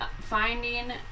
finding